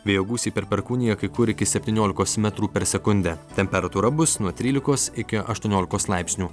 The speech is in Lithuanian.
vėjo gūsiai per perkūniją kai kur iki septyniolikos metrų per sekundę temperatūra bus nuo trylikos iki aštuoniolikos laipsnių